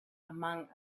among